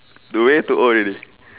the way too old already